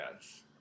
yes